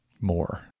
more